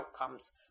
outcomes